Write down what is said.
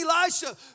Elisha